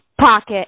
pocket